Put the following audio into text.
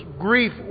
grief